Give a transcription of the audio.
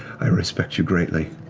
i respect you greatly.